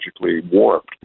warped